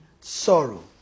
sorrow